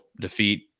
defeat